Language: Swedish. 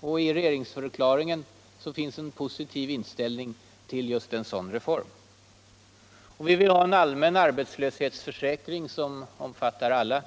Och i regeringsförklaringen finns en positiv inställning ull just en sädan reform. Vi vill ha en allmän arbetslöshetsförsäkring. som omfattar alla